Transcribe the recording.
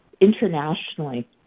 internationally